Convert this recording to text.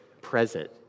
present